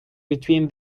between